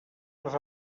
les